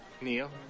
Neil